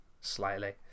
slightly